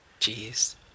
Jeez